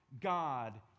God